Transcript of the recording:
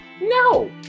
No